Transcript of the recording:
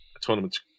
tournament's